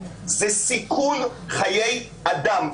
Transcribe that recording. זה סיכון חיי אדם.